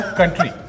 country